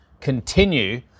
continue